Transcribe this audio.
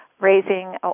raising